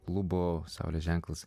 klubo saulės ženklas